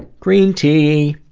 green tea!